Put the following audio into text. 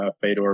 Fedor